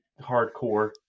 hardcore